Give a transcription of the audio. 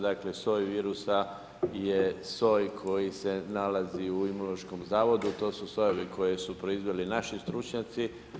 Dakle, soj virusa je soj koji se nalazi u Imunološkom zavodu, to su sojevi koje su proizveli naši stručnjaci.